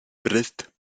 brest